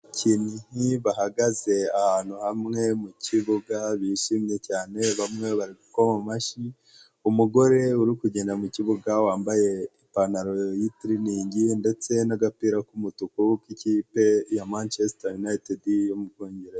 Abakinnyi bahagaze ahantu hamwe mu kibuga bishimye cyane, bamwe bari gukoma amashyi, umugore uri kugenda mu kibuga wambaye ipantaro y'itirininge ndetse n'agapira k'umutuku k'ikipe ya Manchester united yo mu bwongereza.